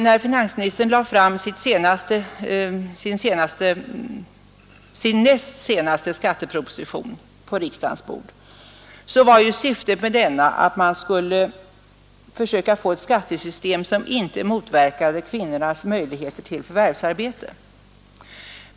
När finansministern lade fram sin näst senaste skatteproposition på riksdagens bord var ju syftet med denna att man skulle försöka få ett skattesystem som inte motverkade kvinnornas möjligheter till förvärvsarbete.